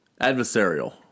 adversarial